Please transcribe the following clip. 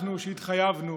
אנחנו התחייבנו